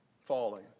falling